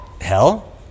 hell